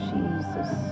Jesus